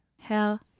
Hell